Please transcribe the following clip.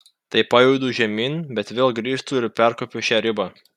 tai pajudu žemyn bet vėl grįžtu ir perkopiu šią ribą